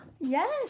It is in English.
Yes